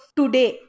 today